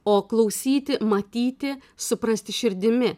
o klausyti matyti suprasti širdimi